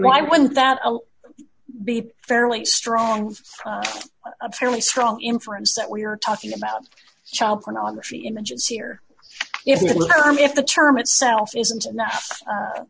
why wouldn't that be fairly strong a fairly strong inference that we are talking about child pornography images here if the term itself isn't enough a